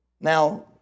now